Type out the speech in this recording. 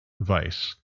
vice